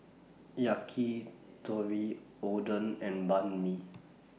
Yakitori Oden and Banh MI